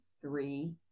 three